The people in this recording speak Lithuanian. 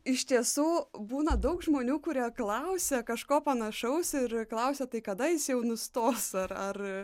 iš tiesų būna daug žmonių kurie klausia kažko panašaus ir klausia tai kada jis jau nustos ar ar